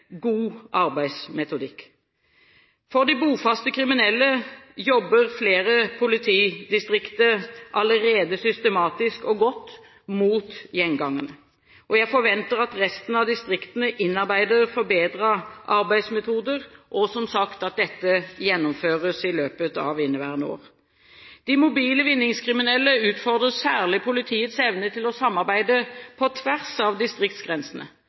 god arbeidsmetodikk. Når det gjelder de bofaste kriminelle, jobber flere politidistrikter allerede systematisk og godt mot gjengangerne. Jeg forventer at resten av distriktene innarbeider forbedrede arbeidsmetoder, og, som sagt, at dette gjennomføres i løpet av inneværende år. De mobile vinningskriminelle utfordrer særlig politiets evne til å samarbeide på tvers av distriktsgrensene.